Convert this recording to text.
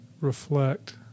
reflect